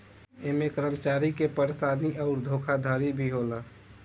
ऐमे कर्मचारी के परेशानी अउर धोखाधड़ी भी होला